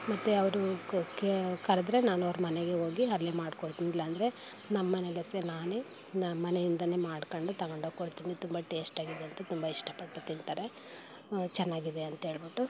ಮತ್ತು ಅವರು ಕ್ ಕೇ ಕರೆದ್ರೆ ನಾನವ್ರ ಮನೆಗೆ ಹೋಗಿ ಅಲ್ಲೇ ಮಾಡ್ಕೊಡ್ತೀನಿ ಇಲ್ಲ ಅಂದ್ರೆ ನಮ್ಮನೆಯಲ್ಲೇ ಸೆ ನಾನೇ ನಮ್ಮನೆಯಿಂದಲೇ ಮಾಡ್ಕೊಂಡು ತಗೊಂಡು ಹೋಗಿ ಕೊಡ್ತೀನಿ ತುಂಬ ಟೇಸ್ಟಿಯಾಗಿದೆ ಅಂತ ತುಂಬ ಇಷ್ಟಪಟ್ಟು ತಿಂತಾರೆ ಚೆನ್ನಾಗಿದೆ ಅಂಥೇಳ್ಬಿಟ್ಟು